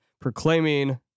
proclaiming